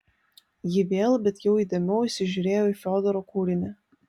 ji vėl bet jau įdėmiau įsižiūrėjo į fiodoro kūrinį